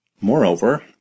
Moreover